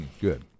Good